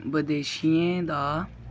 बदेशियें दा